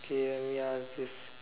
okay wait ah this